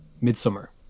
Midsummer